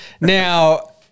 Now